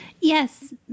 Yes